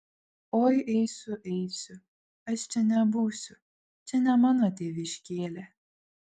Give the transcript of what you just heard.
oi eisiu eisiu aš čia nebūsiu čia ne mano tėviškėlė